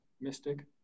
mystic